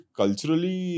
culturally